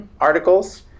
articles